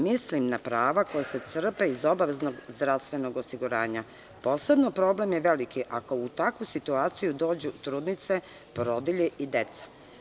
Mislim na prava koja se crpe iz obaveznog zdravstvenog osiguranja, a posebno je veliki problem ako u takvoj situaciji dođu trudnice, porodilje i deca.